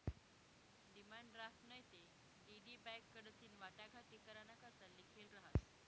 demand draft नैते DD bank कडथीन वाटाघाटी कराना करता लिखेल रहास